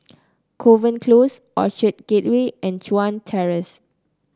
Kovan Close Orchard Gateway and Chuan Terrace